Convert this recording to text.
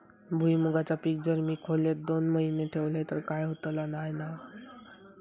भुईमूगाचा पीक जर मी खोलेत दोन महिने ठेवलंय तर काय होतला नाय ना?